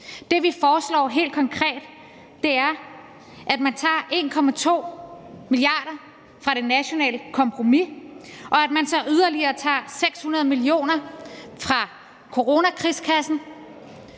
Det, vi foreslår helt konkret, er, at man tager 1,2 mia. kr. fra det nationale kompromis, at man så yderligere tager 600 mio. kr. fra coronakrigskassen,